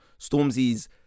Stormzy's